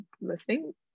listening